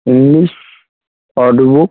English word book